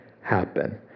happen